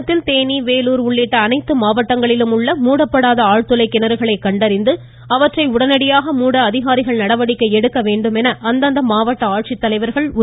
தமிழகத்தில் தேனி வேலூர் உள்ளிட்ட அனைத்துப் மாவட்டங்களிலும் உள்ள மூடப்படாத ஆழ்துளை கிணறுகளை கண்டறிந்து அவற்றை உடனடியாக மூட அதிகாரிகள் நடவடிக்கை எடுக்க வேண்டும் என அந்தந்த மாவட்ட ஆட்சித்தலைவர்கள் உத்தரவிட்டுள்ளனர்